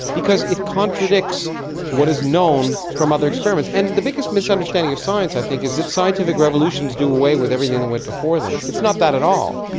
because it contradicts what is known from other experiments. and the biggest misunderstanding of science i think is that scientific revolutions do away with everything that went before them. it's not that at all.